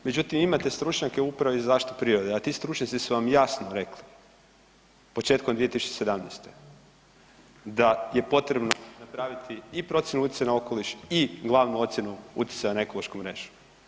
Međutim, imate stručnjake u Upravi za zaštitu prirode, a ti stručnjaci su vam jasno rekli početkom 2017. da je potrebno napraviti i procjenu utjecaja na okoliš i glavnu ocjenu utjecaja na ekološku mrežu.